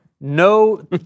no